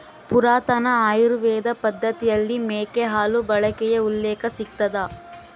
ಪುರಾತನ ಆಯುರ್ವೇದ ಪದ್ದತಿಯಲ್ಲಿ ಮೇಕೆ ಹಾಲು ಬಳಕೆಯ ಉಲ್ಲೇಖ ಸಿಗ್ತದ